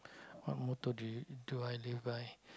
what motto do you do I live by